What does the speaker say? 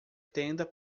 tenda